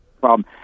problem